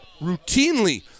routinely